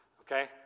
Okay